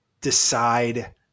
decide